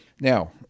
Now